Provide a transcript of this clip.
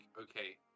okay